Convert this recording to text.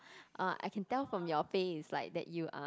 uh I can tell from your face like that you are